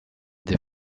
des